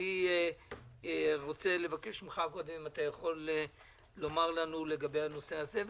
אני רוצה לבקש ממך אם אתה יכול לומר לנו קודם לגבי הנושא הזה,